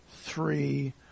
three